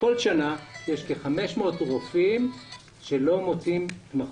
כל שנה יש כ-500 רופאים שלא מוצאים התמחות.